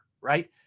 Right